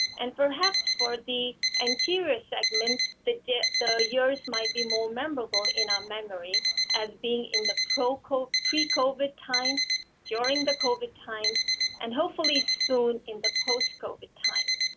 and perhaps for the anterior segment the though years might be more memorable in our memory as being in the protocol pre covid times during the covid times and hopefully soon in the post covid time.